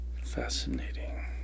fascinating